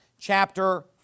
Chapter